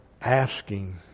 asking